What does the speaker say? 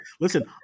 Listen